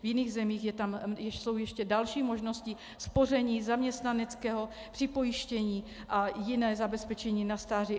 V jiných zemích jsou tam ještě další možnosti spoření, zaměstnaneckého připojištění a jiné zabezpečení na stáří.